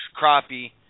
crappie